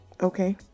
okay